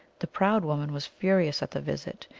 the proud woman was furious at the visit,